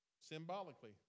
symbolically